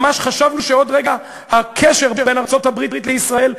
ממש חשבנו שעוד רגע הקשר בין ארצות-הברית לישראל,